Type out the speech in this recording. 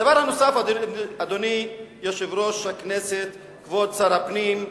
הדבר הנוסף, אדוני יושב-ראש הכנסת, כבוד שר פנים,